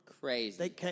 Crazy